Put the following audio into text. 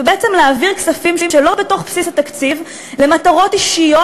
ובעצם להעביר כספים שלא בתוך בסיס התקציב למטרות אישיות.